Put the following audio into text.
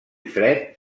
fred